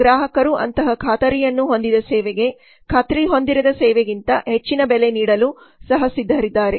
ಗ್ರಾಹಕರು ಅಂತಹ ಖಾತರಿಯನ್ನು ಹೊಂದಿದ ಸೇವೆಗೆ ಖಾತ್ರಿ ಹೊಂದಿರದ ಸೇವೆಗಿಂತ ಹೆಚ್ಚಿನ ಬೆಲೆ ನೀಡಲು ಸಹ ಸಿದ್ಧರಿದ್ದಾರೆ